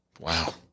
Wow